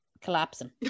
collapsing